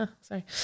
Sorry